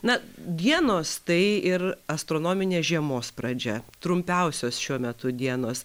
na dienos tai ir astronominė žiemos pradžia trumpiausios šiuo metu dienos